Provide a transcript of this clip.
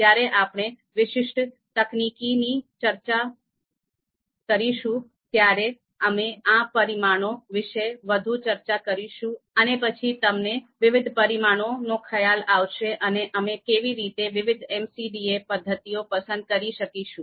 જ્યારે આપણે વિશિષ્ટ તકનીકીની ચર્ચા કરીશું ત્યારે અમે આ પરિમાણો વિશે વધુ ચર્ચા કરીશું અને પછી તમને વિવિધ પરિમાણોનો ખ્યાલ આવશે અને અમે કેવી રીતે વિવિધ MCDA પદ્ધતિઓ પસંદ કરી શકીશું